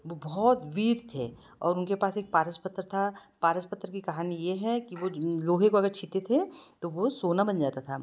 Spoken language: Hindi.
वो बहुत वीर थे और उनके पास एक पारस पत्थर था पारस पत्थर की कहानी ये है कि वो लोहे को अगर छूते थे तो वो सोना बन जाता था